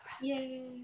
Yay